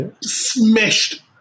smashed